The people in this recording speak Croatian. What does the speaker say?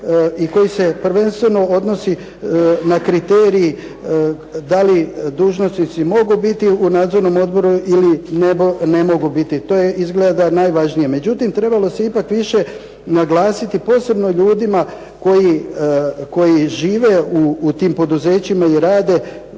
i koji se prvenstveno odnosi na kriterij da li dužnosnici mogu biti u nadzornom odboru ili ne mogu biti. To je izgleda najvažnije. Međutim, trebalo se ipak više naglasiti posebno ljudima koji žive u tim poduzećima i rade,